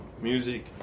music